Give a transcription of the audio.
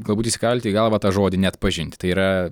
galbūt įsikalti į galvą tą žodį neatpažinti tai yra